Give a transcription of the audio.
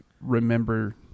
remember